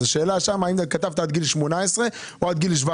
אז השאלה היא האם שם כתבת עד גיל 18 או עד גיל 17?